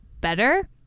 better